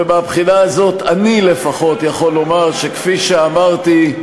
ומהבחינה הזאת אני לפחות יכול לומר שכפי שאמרתי,